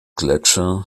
gletscher